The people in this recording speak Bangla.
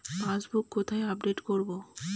পাসবুক কোথায় আপডেট করব?